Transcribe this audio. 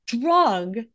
drug